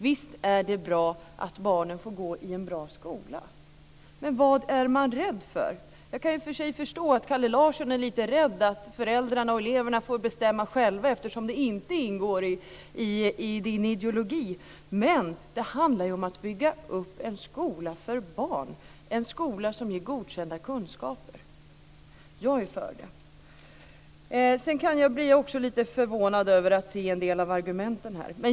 Visst är det bra att barnen får gå i en bra skola, men vad är man rädd för? Jag kan i och för sig förstå att Kalle Larsson är lite rädd för att föräldrarna och eleverna får bestämma själva, eftersom det inte ingår i hans ideologi, men det handlar ju om att bygga upp en skola för barn, en skola som ger godkända kunskaper. Jag är för detta. Jag blir också lite förvånad över en del av argumenten här.